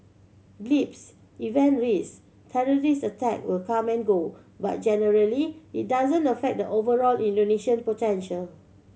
blips event risk terrorist attack will come and go but generally it doesn't affect the overall Indonesian potential